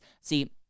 See